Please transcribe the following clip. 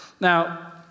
Now